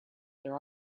their